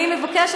אז אני מבקשת,